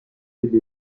kelly